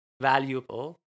valuable